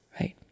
right